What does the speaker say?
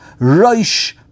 roish